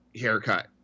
haircut